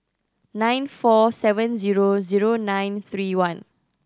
nine four seven zero zero nine three one